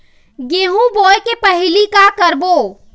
गेहूं बोए के पहेली का का करबो?